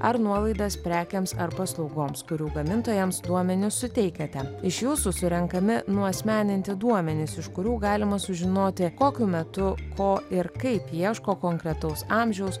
ar nuolaidas prekėms ar paslaugoms kurių gamintojams duomenis suteikiate iš jūsų surenkami nuasmeninti duomenys iš kurių galima sužinoti kokiu metu ko ir kaip ieško konkretaus amžiaus